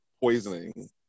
poisoning